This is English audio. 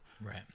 Right